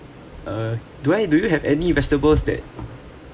uh do I do you have any vegetables that